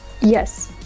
Yes